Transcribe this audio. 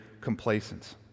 complacent